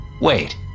Wait